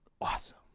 awesome